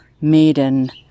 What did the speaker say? maiden